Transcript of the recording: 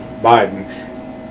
Biden